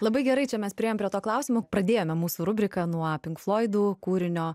labai gerai čia mes priėjom prie to klausimo pradėjome mūsų rubriką nuo pink floidų kūrinio